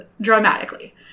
dramatically